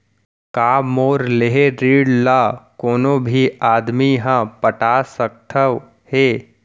का मोर लेहे ऋण ला कोनो भी आदमी ह पटा सकथव हे?